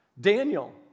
Daniel